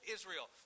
Israel